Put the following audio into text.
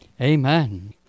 Amen